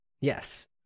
Yes